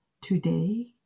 Today